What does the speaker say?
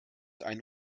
einen